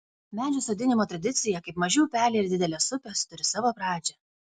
medžių sodinimo tradicija kaip maži upeliai ir didelės upės turi savo pradžią